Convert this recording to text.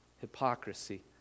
Hypocrisy